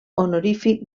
honorífic